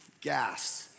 Gas